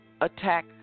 attack